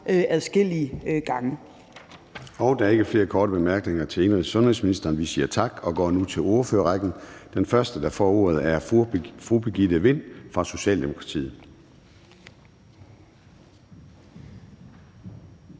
(Søren Gade): Der er ikke flere korte bemærkninger til indenrigs- og sundhedsministeren, så vi siger tak og går nu til ordførerrækken. Den første, der får ordet, er fru Birgitte Vind fra Socialdemokratiet.